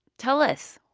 tell us.